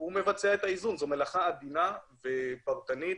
הוא מבצע את האיזון, זו מלאכה עדינה, פרטנית